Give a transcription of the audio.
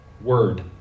word